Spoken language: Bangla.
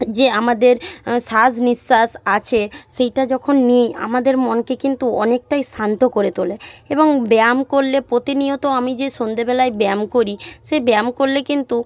যে আমাদের শ্বাস নিশ্বাস আছে সেইটা যখন নিই আমাদের মনকে কিন্তু অনেকটাই শান্ত করে তোলে এবং ব্যায়াম করলে প্রতিনিয়ত আমি যে সন্ধেবেলায় ব্যায়াম করি সে ব্যায়াম করলে কিন্তু